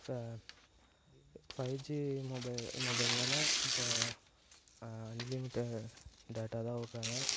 ஃப five G mobile மொபைல்னால் இப்போ அன்லிமிடட் டேட்டா தான் விட்றாங்க